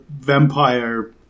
vampire